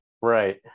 right